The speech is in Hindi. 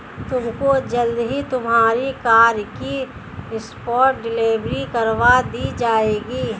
तुमको जल्द ही तुम्हारी कार की स्पॉट डिलीवरी करवा दी जाएगी